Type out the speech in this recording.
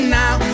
now